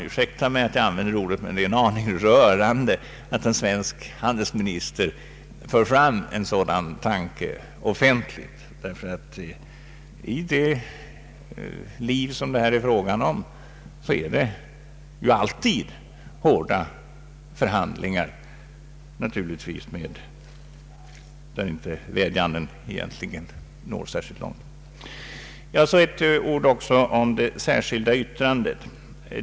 Ursäkta att jag använder ordet, men det är, herr talman, en aning rörande att en svensk handelsminister för fram en sådan tanke offentligt. I den verksamhet som det här är fråga om blir det alltid hårda förhandlingar, där vädjanden naturligtvis inte når särskilt långt. Sedan också ett par ord om det särskilda yttrandet.